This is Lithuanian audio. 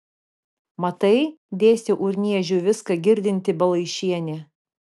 matai dėstė urniežiui viską girdinti balaišienė